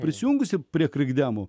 prisijungusi prie krikdemų